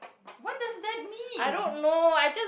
what does that means